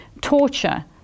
torture